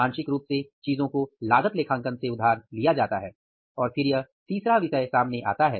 आंशिक रूप से चीजों को लागत लेखांकन से उधार लिया जाता है और फिर यह तीसरा विषय सामने आता है